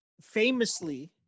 famously